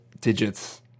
digits